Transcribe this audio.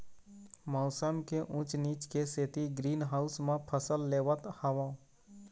मउसम के ऊँच नीच के सेती ग्रीन हाउस म फसल लेवत हँव